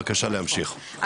בבקשה בוא נמשיך,